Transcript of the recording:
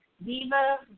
Viva